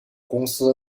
公司